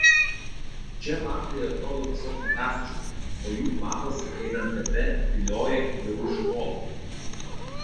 čia vafliai atrodo tiesiog fantastiškai o jų kvapas einant gatve vilioja jau iš tolo